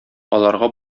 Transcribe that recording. аларга